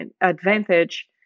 advantage